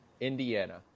Indiana